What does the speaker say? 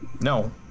No